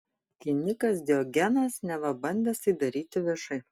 kinikas diogenas neva bandęs tai daryti viešai